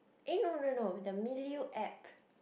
eh no no no the Milieu app